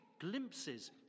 glimpses